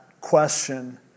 question